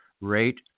rate